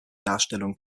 darstellung